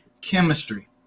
chemistry